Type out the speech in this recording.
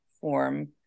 form